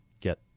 get